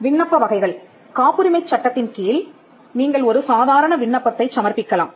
விண்ணப்ப வகைகள் காப்புரிமைச் சட்டத்தின் கீழ் நீங்கள் ஒரு சாதாரண விண்ணப்பத்தைச் சமர்ப்பிக்கலாம்